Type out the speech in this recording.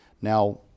Now